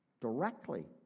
directly